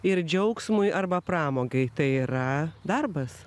ir džiaugsmui arba pramogai tai yra darbas